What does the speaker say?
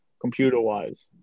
Computer-wise